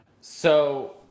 So-